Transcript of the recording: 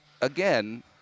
again